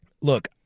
look